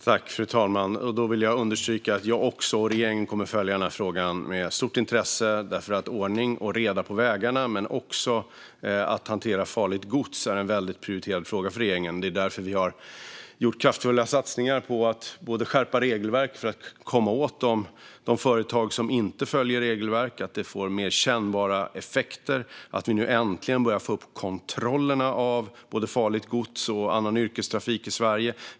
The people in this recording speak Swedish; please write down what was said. Fru talman! Jag vill understryka att jag och regeringen också kommer att följa den här frågan med stort intresse. Ordning och reda på vägarna och hanteringen av farligt gods är prioriterade frågor för regeringen. Det är därför vi har gjort kraftfulla satsningar på att skärpa regelverk för att komma åt de företag som inte följer reglerna, så att det får mer kännbara effekter. Vi börjar nu äntligen att få upp kontrollerna av farligt gods och annan yrkestrafik i Sverige.